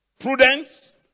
prudence